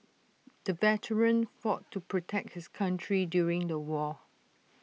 the veteran fought to protect his country during the war